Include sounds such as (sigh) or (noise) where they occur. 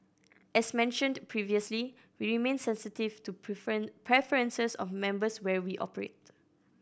as mentioned previously we remain sensitive to (unintelligible) preferences of members where we operate